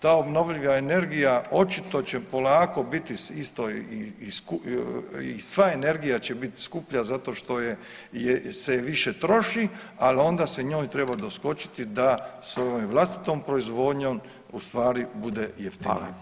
Ta obnovljiva energija očito će polako biti isto i, i sva energija će biti skuplja zato što je se i više troši, ali onda se njoj treba doskočiti da svojom vlastitom proizvodnjom u stvari bude jeftinija.